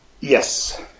Yes